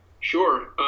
Sure